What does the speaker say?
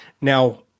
now